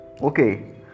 okay